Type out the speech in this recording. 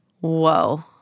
Whoa